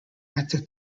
actor